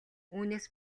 үүнээс